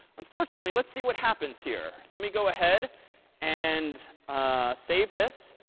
unfortunately, let's see what happens here. let me go ahead and save this.